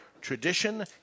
tradition